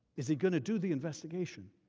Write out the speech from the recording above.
is he going to do the investigation?